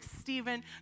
Stephen